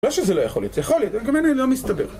לא שזה לא יכול להיות, זה יכול להיות, אבל גם זה לא מסתבר.